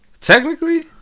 Technically